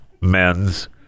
men's